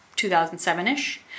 2007-ish